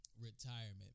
retirement